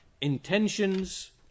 intentions